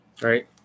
right